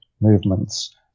movements